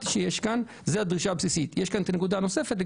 זאת הדרישה הבסיסית ועכשיו יש כאן את הנקודה הנוספת.